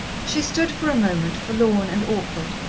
she stood for a moment, forlorn and awkward,